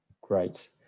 Great